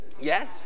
Yes